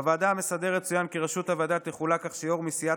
בוועדה המסדרת צוין כי ראשות הוועדה תחולק כך שיו"ר מסיעת